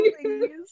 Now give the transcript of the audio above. Please